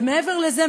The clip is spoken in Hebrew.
ומעבר לזה,